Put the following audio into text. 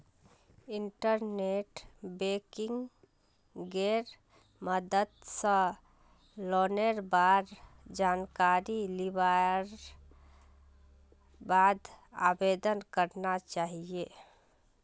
internet बैंकिंगेर मदद स लोनेर बार जानकारी लिबार बाद आवेदन करना चाहिए